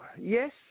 Yes